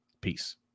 Peace